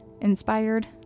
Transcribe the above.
inspired